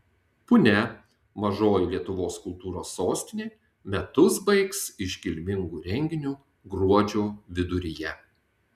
punia mažoji lietuvos kultūros sostinė metus baigs iškilmingu renginiu gruodžio viduryje